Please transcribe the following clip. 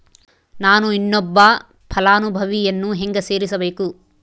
ನಾನು ಇನ್ನೊಬ್ಬ ಫಲಾನುಭವಿಯನ್ನು ಹೆಂಗ ಸೇರಿಸಬೇಕು?